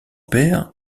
père